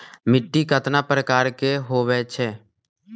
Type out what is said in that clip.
मिट्टी कतना प्रकार के होवैछे?